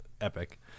epic